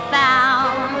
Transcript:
found